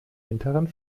hinteren